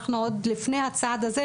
אנחנו עוד לפני הצעד הזה,